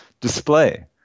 display